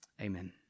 amen